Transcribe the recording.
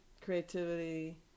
creativity